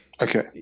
Okay